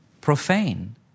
profane